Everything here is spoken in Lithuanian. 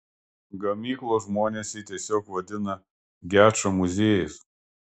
gamyklos žmonės jį tiesiog vadina gečo muziejus